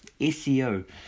SEO